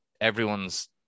everyone's